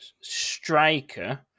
striker